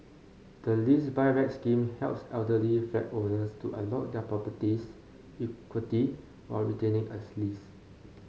the Lease Buyback Scheme helps elderly flat owners to unlock their property's equity while retaining as lease